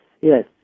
yes